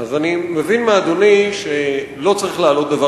אז אני מבין מאדוני שלא צריך להעלות דבר